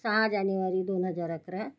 सहा जानेवारी दोन हजार अकरा